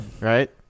Right